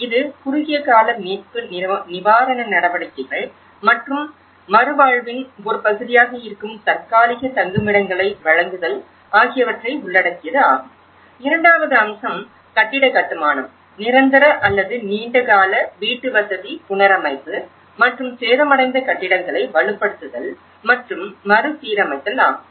இது குறுகிய கால மீட்பு நிவாரண நடவடிக்கைகள் மற்றும் மறுவாழ்வின் ஒரு பகுதியாக இருக்கும் தற்காலிக தங்குமிடங்களை வழங்குதல் ஆகியவற்றை உள்ளடக்கியது ஆகும் இரண்டாவது அம்சம் கட்டிட கட்டுமானம் நிரந்தர அல்லது நீண்டகால வீட்டுவசதி புனரமைப்பு மற்றும் சேதமடைந்த கட்டிடங்களை வலுப்படுத்துதல் மற்றும் மறுசீரமைத்தல் ஆகும்